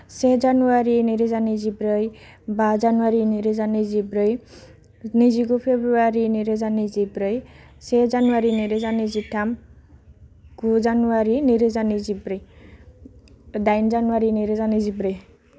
से जानुवारी नैरोजा नैजिब्रै बा जानुवारी नैरोजा नैजिब्रै नैजिगु फेब्रुवारी नैरोजा नैजिब्रै से जानुवारी नैरोजा नैजिथाम गु जानुवारी नैरोजा नैजिब्रै डाइन जानुवारी नैरोजा नैजिब्रै